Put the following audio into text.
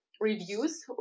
reviews